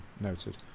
noted